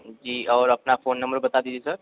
जी और अपना phone number बता दीजिए सर